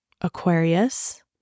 Aquarius